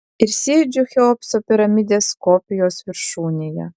ir sėdžiu cheopso piramidės kopijos viršūnėje